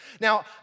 Now